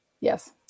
Yes